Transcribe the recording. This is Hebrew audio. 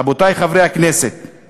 רבותי חברי הכנסת,